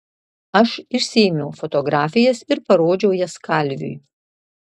aš išsiėmiau fotografijas ir parodžiau jas kalviui